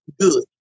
good